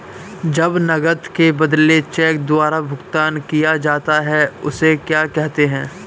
जब नकद के बदले चेक द्वारा भुगतान किया जाता हैं उसे क्या कहते है?